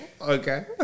okay